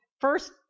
first